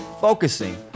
focusing